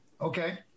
okay